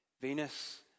Venus